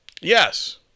Yes